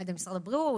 על ידי משרד הבריאות,